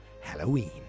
Halloween